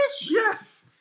Yes